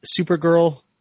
Supergirl